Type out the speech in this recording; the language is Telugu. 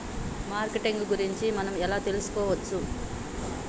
మార్కెటింగ్ గురించి మనం ఎలా తెలుసుకోవచ్చు?